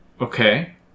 Okay